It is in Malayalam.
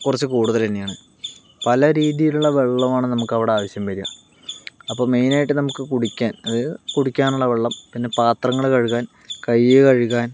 കുറച്ചു കൂടുതൽ തന്നെയാണ് പല രീതിയിലുള്ള വെള്ളമാണ് നമുക്ക് അവിടെ ആവശ്യം വരുക അപ്പോൾ മെയിൻ ആയിട്ട് നമുക്ക് കുടിക്കാൻ അതായത് കുടിക്കാനുള്ള വെള്ളം പിന്നെ പാത്രങ്ങൾ കഴുകാൻ കൈ കഴുകാൻ